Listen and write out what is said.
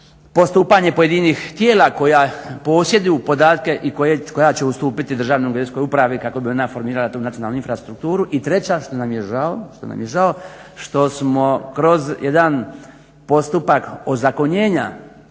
postupanje pojedinih tijela koja posjeduju podatke i koja će ustupiti Državnoj geodetskoj upravi kako bi ona formirala tu nacionalnu infrastrukturu. I treća što nam je žao što smo kroz jedan postupak ozakonjenja